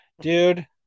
Dude